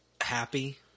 happy